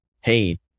hey